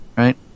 right